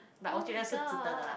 but 我觉得是值得的 lah